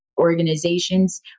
organizations